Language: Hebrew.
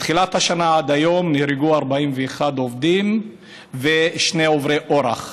מתחילת השנה עד היום נהרגו 41 עובדים ושני עוברי אורח,